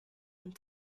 and